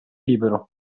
libero